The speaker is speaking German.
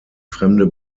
fremde